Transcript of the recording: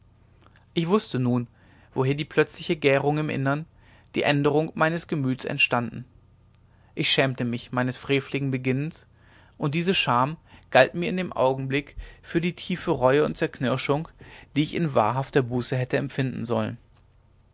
ich wußte nun woher die plötzliche gärung im innern die änderung meines gemüts entstanden ich schämte mich meines freveligen beginnens und diese scham galt mir in dem augenblick für die tiefe reue und zerknirschung die ich in wahrhafter buße hätte empfinden sollen